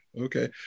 Okay